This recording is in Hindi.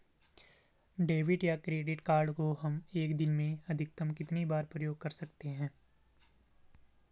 डेबिट या क्रेडिट कार्ड को हम एक दिन में अधिकतम कितनी बार प्रयोग कर सकते हैं?